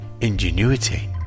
ingenuity